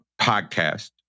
podcast